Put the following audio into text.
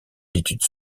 d’études